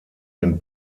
den